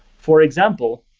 for example,